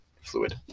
fluid